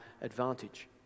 advantage